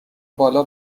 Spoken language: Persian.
بالا